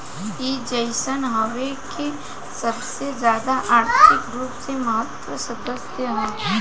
इ genus Hevea के सबसे ज्यादा आर्थिक रूप से महत्वपूर्ण सदस्य ह